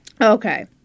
Okay